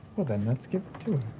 then let's give it to